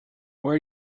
where